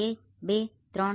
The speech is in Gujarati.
એક બે ત્રણ